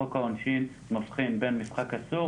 חוק העונשין מבחין בין משחק אסור,